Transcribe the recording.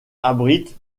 abrite